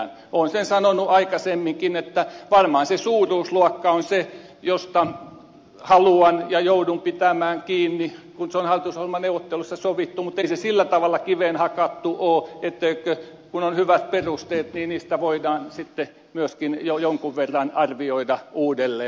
olen sen sanonut aikaisemminkin että varmaan se suuruusluokka on se josta haluan ja joudun pitämään kiinni kun se on hallitusohjelmaneuvotteluissa sovittu mutta ei se sillä tavalla kiveen hakattu ole että kun on hyvät perusteet niitä voidaan sitten myöskin jonkin verran arvioida uudelleen